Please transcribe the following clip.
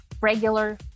regular